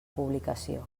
publicació